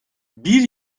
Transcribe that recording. bir